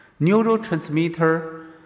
Neurotransmitter